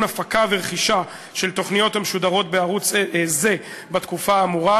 הפקה ורכישה של תוכניות המשודרות בערוץ זה בתקופה האמורה,